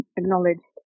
acknowledged